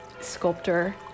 sculptor